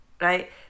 right